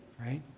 right